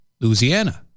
Louisiana